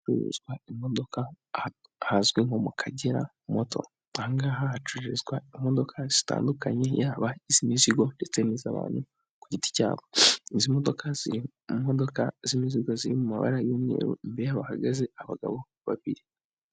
Ahacuruzwa imodoka ahazwi nko mu Kagera moto. Aha ngaha hacururizwa imodoka zitandukanye yaba iz'imizigo ndetse n'iz'abantu ku giti cyabo. Izi modoka ziri mu modoka z'imizigo ziri mu mabara y'umweru imbere yaho hahagaze abagabo babiri.